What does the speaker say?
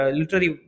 literary